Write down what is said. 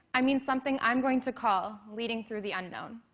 i mean something i'm going to call leading through the unknown.